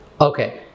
Okay